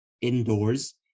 indoors